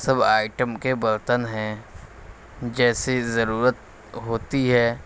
سب item کے برتن ہیں جیسی ضرورت ہوتی ہے